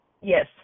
Yes